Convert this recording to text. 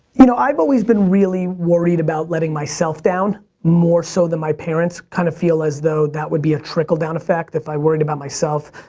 you know, i've always been really worried about letting myself down more so than my parents. kinda kind of feel as though that would be a trickle down effect if i worried about myself,